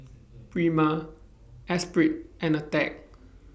Prima Esprit and Attack